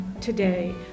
today